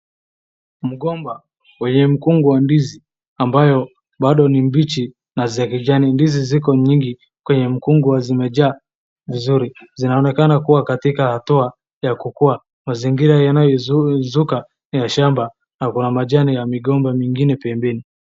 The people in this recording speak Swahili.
Mgomba mwenye mkungu wa ndizi ambayo bado ni mbichi na za kijani. Ndizi ziko nyingi kwenye mkungu zimejaa vizuri. Zinaonekana kuwa katika hatua ya kukua. Mazingira yanayozunguka ya shamba na kuna majani ya migomba mingine pembeni.